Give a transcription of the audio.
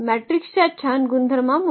मॅट्रिक्सच्या छान गुणधर्मांमुळे